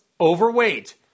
overweight